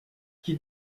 qui